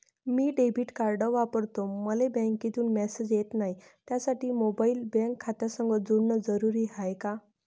मी debit card वापरतो मले बँकेतून मॅसेज येत नाही, त्यासाठी मोबाईल बँक खात्यासंग जोडनं जरुरी हाय का?